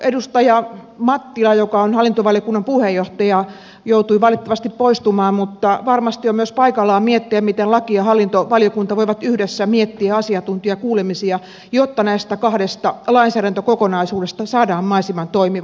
edustaja mattila joka on hallintovaliokunnan puheenjohtaja joutui valitettavasti poistumaan mutta varmasti on myös paikallaan miettiä miten laki ja hallintovaliokunta voivat yhdessä miettiä asiantuntijakuulemisia jotta näistä kahdesta lainsäädäntökokonaisuudesta saadaan mahdollisimman toimiva